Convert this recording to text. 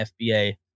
FBA